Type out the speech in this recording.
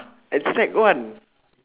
!huh! at sec one